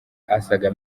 asaga